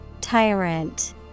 Tyrant